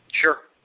Sure